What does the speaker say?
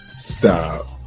Stop